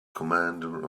commander